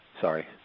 Sorry